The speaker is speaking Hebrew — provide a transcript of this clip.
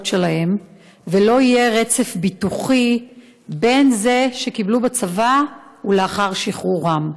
שלהם ולא יהיה רצף ביטוחי בין זה שקיבלו בצבא ולאחר שחרורם.